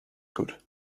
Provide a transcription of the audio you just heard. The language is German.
gut